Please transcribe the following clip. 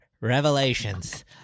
Revelations